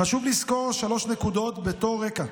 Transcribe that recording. חשוב לזכור שלוש נקודות בתור רקע: